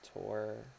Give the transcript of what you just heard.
tour